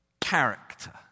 character